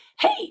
hey